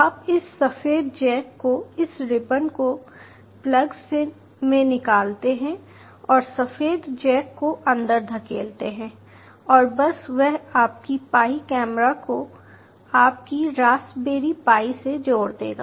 आप इस सफ़ेद जैक को इस रिबन को प्लग में निकालते हैं और सफ़ेद जैक को अंदर धकेलते हैं और बस वह आपके पाई कैमरे को आपकी रास्पबेरी पाई से जोड़ देगा